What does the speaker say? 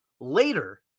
later